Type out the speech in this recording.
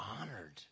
honored